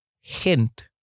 hint